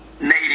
native